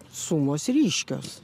sumos ryškios